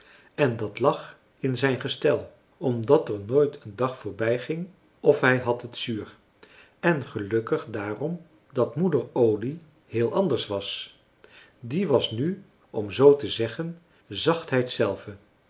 en dat lag in zijn gestel omdat er nooit een dag voorbijging of hij had het zuur en gelukkig daarom dat moeder olie heel anders was die was nu om zoo te zeggen zachtheid zelve